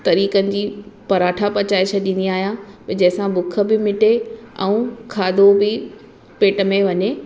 तरीक़नि जी पराठा पचाए छॾींदी आहियां भई जंहिंसां बुख बि मिटे ऐं खाधो बि पेट में वञे